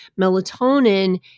Melatonin